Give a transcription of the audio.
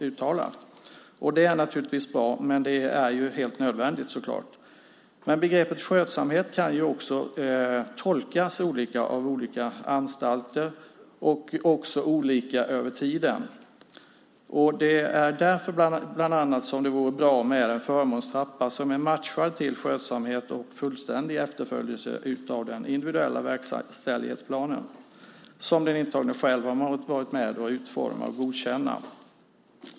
Det är bra och naturligtvis helt nödvändigt. Begreppet skötsamhet kan emellertid tolkas olika av olika anstalter över tiden. Bland annat därför vore det bra med en förmånstrappa som är matchad till skötsamhet och fullständig efterföljelse av den individuella verkställighetsplanen, som den intagne själv varit med om att utforma och godkänna.